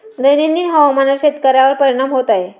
दैनंदिन हवामानाचा शेतकऱ्यांवर परिणाम होत आहे